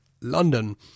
london